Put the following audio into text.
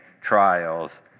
trials